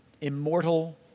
immortal